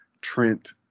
trent